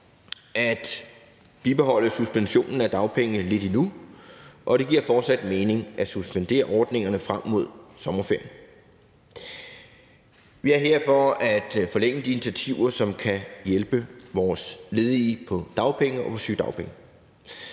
Vi er her for at forlænge de initiativer, som kan hjælpe vores ledige på dagpenge og på sygedagpenge.